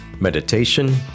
meditation